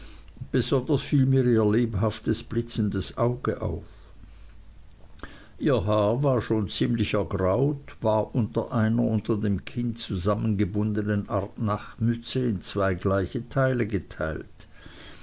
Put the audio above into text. besonders fiel mir ihr lebhaftes blitzendes auge auf ihr haar schon ziemlich ergraut war unter einer unter dem kinn zugebundnen art nachtmütze in zwei gleiche teile geteilt